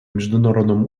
международном